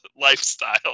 lifestyle